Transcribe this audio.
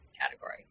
category